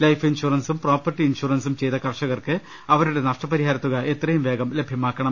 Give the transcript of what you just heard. life ഇൻഷുറൻസും property ഇൻഷുറൻസും ചെയ്ത കർഷകർക്ക് അവരുടെ നഷ്ടപ രിഹാരത്തുക എത്രയും വേഗം ലഭ്യമാക്കണം